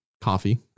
coffee